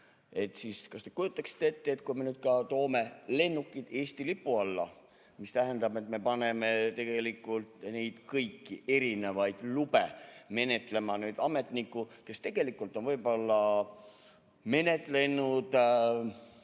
Kas te kujutaksite ette, et kui me nüüd toome lennukid Eesti lipu alla, siis see tähendab, et me paneme tegelikult kõiki erinevaid lube menetlema ametniku, kes tegelikult on võib-olla menetlenud